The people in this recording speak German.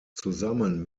zusammen